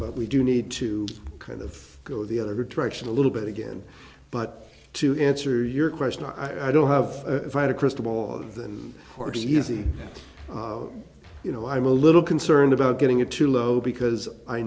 but we do need to kind of go the other direction a little bit again but to answer your question i don't have if i had a crystal ball of the and or to easy you know i'm a little concerned about getting it too low because i